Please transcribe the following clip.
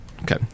Okay